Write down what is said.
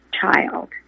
child